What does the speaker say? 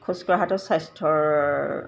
খোজকঢ়াটো স্বাস্থ্যৰ